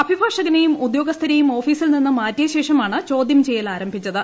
അഭിഭാഷകനെയും ഉദ്യോഗസ്ഥരേയും ഓഫീസിൽ നിന്ന് മാറ്റിയശേഷമാണ് ചോദ്യം ചെയ്യൽ ആരംഭിച്ചത്